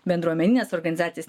bendruomenines organizacijas